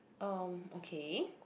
um okay